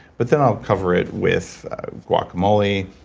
but then i'll cover it with guacamole,